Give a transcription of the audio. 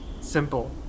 Simple